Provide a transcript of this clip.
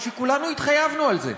היא שכולנו התחייבנו לזה.